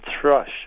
thrush